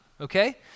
okay